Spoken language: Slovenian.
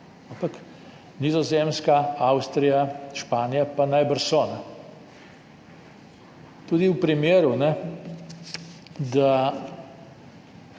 ampak Nizozemska, Avstrija, Španija pa najbrž so. Tudi v primeru, da